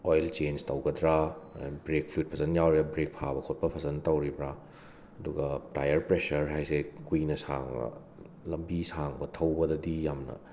oil change ꯇꯧꯒꯗ꯭ꯔꯥ brake ꯐꯨꯋꯤꯗ ꯐꯖꯟꯅ ꯌꯥꯎꯔꯤꯔꯥ ꯕ꯭ꯔꯦꯛ ꯐꯥꯕ ꯈꯣꯠꯄ ꯐꯖꯟ ꯇꯧꯔꯤꯕ꯭ꯔꯥ ꯑꯗꯨꯒ ꯇꯥꯏꯌꯔ ꯄ꯭ꯔꯦꯁꯔ ꯍꯥꯏꯁꯦ ꯀꯨꯏꯅ ꯁꯥꯡꯅ ꯂꯝꯕꯤ ꯁꯥꯡꯕ ꯊꯧꯕꯗꯗꯤ ꯌꯥꯝꯅ